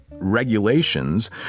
Regulations